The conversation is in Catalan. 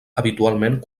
habitualment